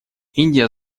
индия